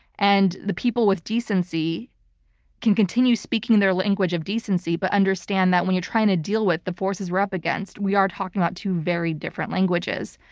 and the people with decency can continue speaking in their language of decency, but understand that when you're trying to deal with the forces we're up against, we are talking about two very different languages.